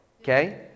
okay